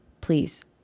Please